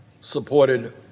supported